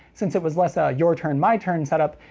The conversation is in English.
since it was less a your-turn my-turn setup,